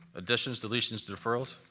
additions, deletions, deferrals?